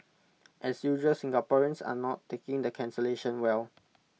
as usual Singaporeans are not taking the cancellation well